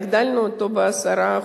הגדלנו אותו ב-10%,